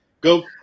Go